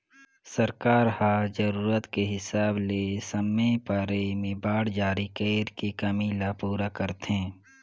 सरकार ह जरूरत के हिसाब ले समे परे में बांड जारी कइर के कमी ल पूरा करथे